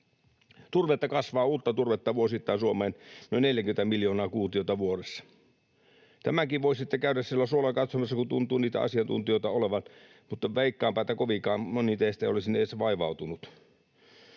Turvetta kasvaa, uutta turvetta, vuosittain Suomeen noin 40 miljoonaa kuutiota. Tämänkin voi sitten käydä siellä suolla katsomassa, kun tuntuu niitä asiantuntijoita olevan, mutta veikkaanpa, että kovinkaan moni teistä ei ole sinne edes vaivautunut.